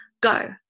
go